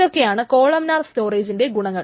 ഇതൊക്കെയാണ് കോളംനാർ സ്റ്റോറേജിന്റെ ഗുണങ്ങൾ